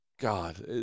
God